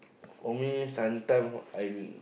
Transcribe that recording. for me sometimes I